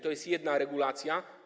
To jest jedna regulacja.